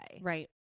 Right